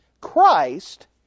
Christ